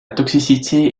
toxicité